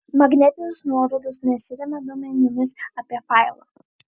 magnetinės nuorodos nesiremia duomenimis apie failą